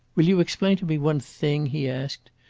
will you explain to me one thing? he asked.